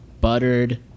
buttered